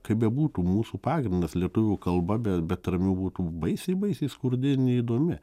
kaip bebūtų mūsų pagrindas lietuvių kalba bet be tarmių būtų baisiai baisiai skurdi ir neįdomi